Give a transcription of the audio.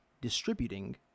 Distributing